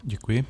Děkuji.